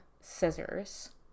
scissors